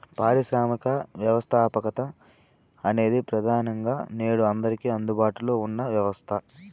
పారిశ్రామిక వ్యవస్థాపకత అనేది ప్రెదానంగా నేడు అందరికీ అందుబాటులో ఉన్న వ్యవస్థ